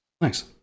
Nice